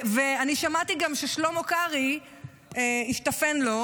ואני שמעתי גם ששלמה קרעי השתפן לו,